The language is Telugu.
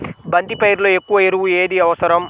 బంతి పైరులో ఎక్కువ ఎరువు ఏది అవసరం?